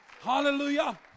Hallelujah